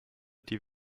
die